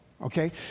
okay